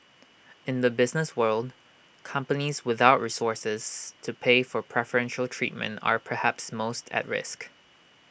in the business world companies without resources to pay for preferential treatment are perhaps most at risk